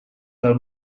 pel